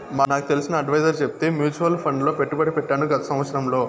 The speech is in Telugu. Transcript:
నాకు తెలిసిన అడ్వైసర్ చెప్తే మూచువాల్ ఫండ్ లో పెట్టుబడి పెట్టాను గత సంవత్సరంలో